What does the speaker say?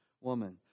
woman